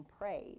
praise